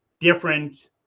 different